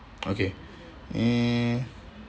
okay eh